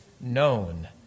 known